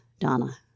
Donna